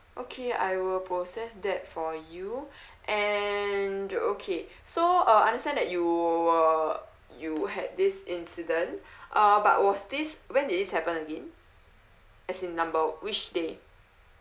okay I will process that for you and okay so uh understand that you uh you had this incident uh but was this when is this happen again as in number which day